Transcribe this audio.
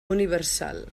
universal